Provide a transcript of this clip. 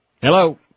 Hello